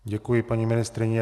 Děkuji, paní ministryně.